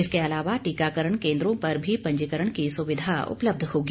इसके अलावा टीकाकरण केन्द्रों पर भी पंजीकरण की सुविधा उपलब्ध होगी